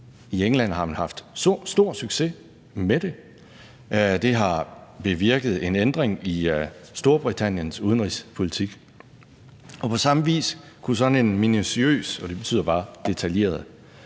I England har man haft stor succes med det. Det har bevirket en ændring i Storbritanniens udenrigspolitik. På samme vis kunne sådan en minutiøs – og det betyder bare detaljeret